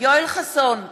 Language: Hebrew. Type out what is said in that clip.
יואל חסון,